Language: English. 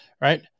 right